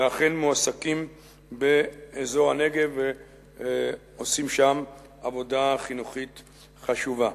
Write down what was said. ואכן מועסקים באזור הנגב ועושים שם עבודה חינוכית חשובה.